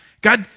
God